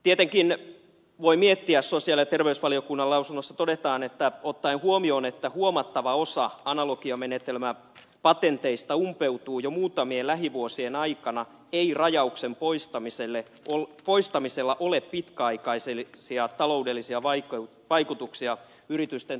tietenkin voi miettiä sitä kun sosiaali ja terveysvaliokunnan lausunnossa todetaan että ottaen huomioon että huomattava osa analogiamenetelmäpatenteista umpeutuu jo muutamien lähivuosien aikana ei rajauksen poistamisella ole pitkäaikaisia taloudellisia vaikutuksia yritysten toimintaan